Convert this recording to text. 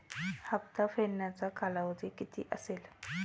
हप्ता फेडण्याचा कालावधी किती असेल?